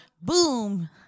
boom